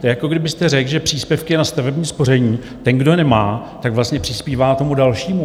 To je, jako kdybyste řekl, že příspěvky na stavební spoření ten, kdo nemá, tak vlastně přispívá tomu dalšímu.